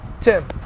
Tim